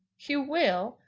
you will?